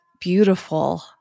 beautiful